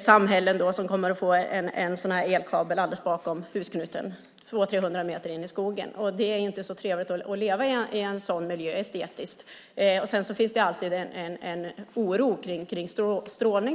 samhällen som kommer att få en elkabel alldeles bakom husknuten, 200-300 meter in i skogen. Det är inte så trevligt estetiskt sett att leva i en sådan miljö. Sedan finns alltid en oro för strålning.